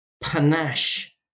panache